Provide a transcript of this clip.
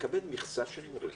מקבל מכסה של מורים